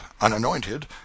unanointed